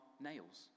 nails